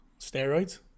steroids